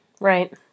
Right